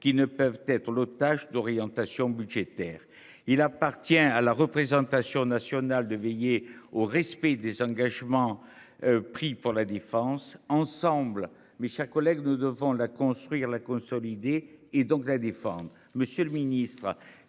qui ne peuvent être l'otage d'orientation budgétaire, il appartient à la représentation nationale de veiller au respect des engagements. Pris pour la défense ensemble. Mes chers collègues, nous devons la construire la consolider et donc la défendre